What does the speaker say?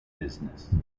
business